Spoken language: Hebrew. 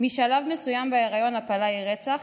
"משלב מסוים בהיריון הפלה היא רצח.